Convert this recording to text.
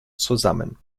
zusammen